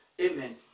Amen